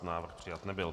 Návrh přijat nebyl.